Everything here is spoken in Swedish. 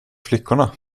flickorna